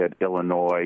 illinois